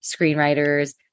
screenwriters